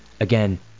Again